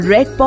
Red